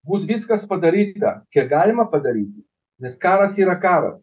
bus viskas padaryta kiek galima padaryti nes karas yra karas